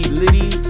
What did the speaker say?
litty